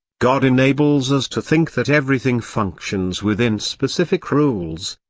god enables us to think that everything functions within specific rules,